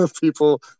people